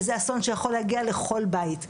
וזה אסון שיכול להגיע לכל בית.